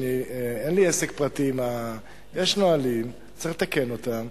אין לי עסק פרטי עם, יש נהלים, צריך לתקן אותם.